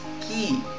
key